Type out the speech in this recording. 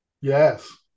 yes